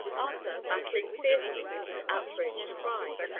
arthur, battling fiercely with his outraged pride,